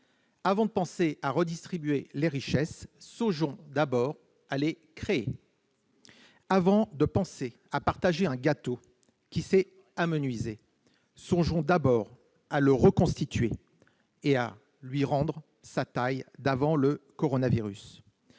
Avant de penser à redistribuer les richesses, songeons à les créer. Avant de penser à partager un gâteau qui s'est amenuisé, songeons à le reconstituer et à lui rendre sa taille d'avant le coronavirus.